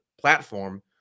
platform